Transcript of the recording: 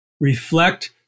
reflect